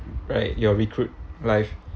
right you're recruit life